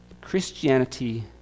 Christianity